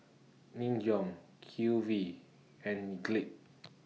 Nin Jiom Q V and